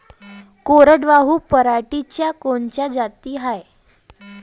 कोरडवाहू पराटीच्या कोनच्या जाती हाये?